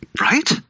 Right